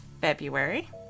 February